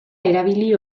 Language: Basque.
erabili